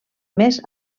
més